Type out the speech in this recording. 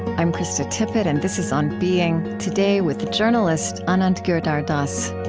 i'm krista tippett, and this is on being. today, with journalist anand giridharadas